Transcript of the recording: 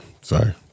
sorry